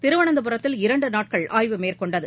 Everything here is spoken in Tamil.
திருவனந்தபுரத்தில் இரண்டுநாட்கள் ஆய்வு மேற்கொண்டது